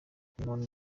umuntu